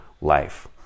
life